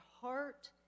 heart